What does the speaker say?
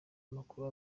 amakuru